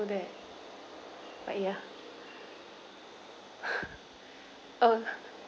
that but ya oh